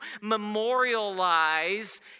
memorialize